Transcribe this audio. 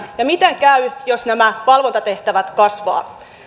ja miten käy jos nämä valvontatehtävät kasvavat